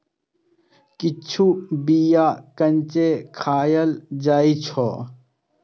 किछु बीया कांचे खाएल जाइ छै